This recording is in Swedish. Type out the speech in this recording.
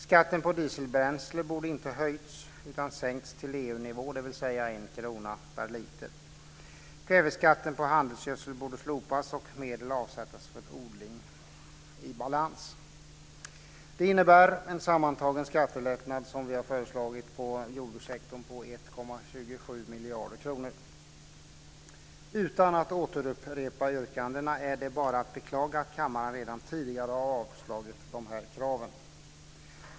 Skatten på dieselbränsle borde inte höjts utan sänkts till EU nivå, dvs. en krona per liter. Kväveskatten på handelsgödsel borde slopas och medel avsättas för odling i balans. Det innebär en sammantagen skattelättnad, som vi har föreslagit för jordbrukssektorn, på 1,27 miljarder kronor. Utan att återupprepa yrkandena är det bara att beklaga att kammaren redan tidigare har avslagit dessa krav.